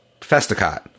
Festacot